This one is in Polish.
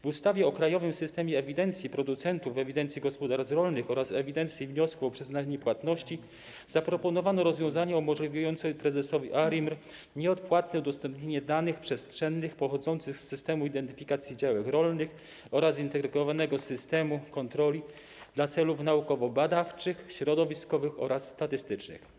W ustawie o krajowym systemie ewidencji producentów, ewidencji gospodarstw rolnych oraz ewidencji wniosku o przyznanie płatności zaproponowano rozwiązania umożliwiające prezesowi ARiMR nieodpłatne udostępnienie danych przestrzennych pochodzących z systemu identyfikacji działek rolnych oraz zintegrowanego systemu kontroli dla celów naukowo-badawczych, środowiskowych oraz statystycznych.